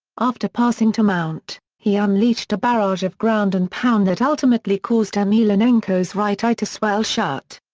after passing to mount, he unleashed a barrage of ground-and-pound that ultimately caused emelianenko's right eye to swell shut.